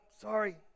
sorry